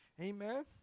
Amen